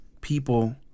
people